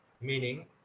meaning